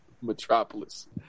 metropolis